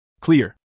Clear